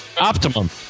Optimum